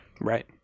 right